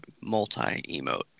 Multi-emote